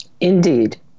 Indeed